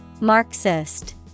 Marxist